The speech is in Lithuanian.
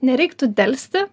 nereiktų delsti